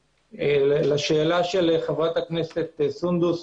לשאלה של חברת הכנסת סונדוס,